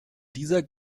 dieser